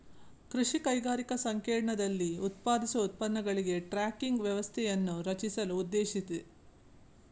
ಕೃಷಿ ಕೈಗಾರಿಕಾ ಸಂಕೇರ್ಣದಲ್ಲಿ ಉತ್ಪಾದಿಸುವ ಉತ್ಪನ್ನಗಳಿಗೆ ಟ್ರ್ಯಾಕಿಂಗ್ ವ್ಯವಸ್ಥೆಯನ್ನು ರಚಿಸಲು ಉದ್ದೇಶಿಸಿದೆ